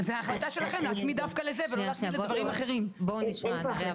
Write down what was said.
אז זו החלטה שלכם להצמיד דווקא לזה ולא להצמיד לדברים אחרים.